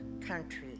country